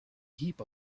heap